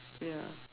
ya